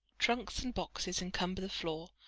trunks and boxes encumber the floor,